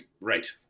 Right